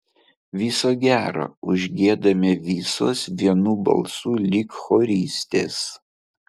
viso gero užgiedame visos vienu balsu lyg choristės